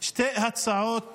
שתי הצעות חוק,